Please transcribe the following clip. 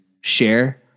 share